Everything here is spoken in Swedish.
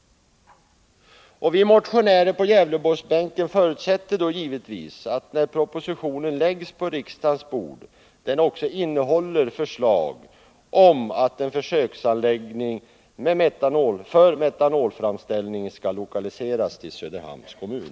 Vi motionärer på Gävleborgsbänken förutsätter givetvis att propositionen när den läggs på riksdagens bord också kommer att innehålla förslag om att försöksanläggningen för metanolframställning skall lokaliseras till Söderhamns kommun.